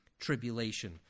Tribulation